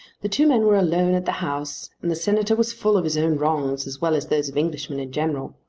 the two men were alone at the house and the senator was full of his own wrongs as well as those of englishmen in general.